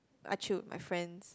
I chill with my friends